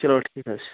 چلو ٹھیٖک حظ چھُ